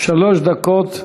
שלוש דקות לרשותך.